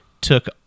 took